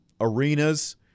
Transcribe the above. arenas